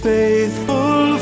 faithful